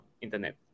internet